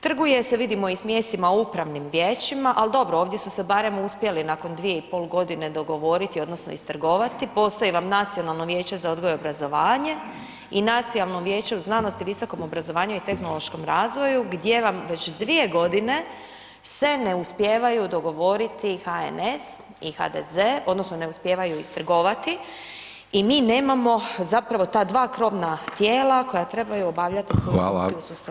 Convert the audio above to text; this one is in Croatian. Trguje se vidimo i s mjestima u upravnim vijećima, al dobro ovdje su se barem uspjeli nakon 2,5 godine dogovoriti odnosno iztrgovati, postoji vam nacionalno vijeće za odgoj i obrazovanje i nacionalno vijeće u znanosti, visokom obrazovanju i tehnološkom razvoju gdje vam već 2 godine se ne uspijevaju dogovoriti HNS i HDZ odnosno ne uspijevaju iztrgovati i mi nemamo zapravo ta dva krovna tijela koja trebaju obavljati [[Upadica: Hvala.]] svoju funkciju u sustavu obrazovanja.